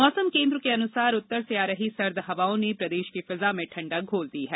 मौसम केन्द्र के अनुसार उत्तर से आ रही सर्द हवाओं ने प्रदेश की फिजा में ठण्डक घोल दी है